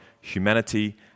humanity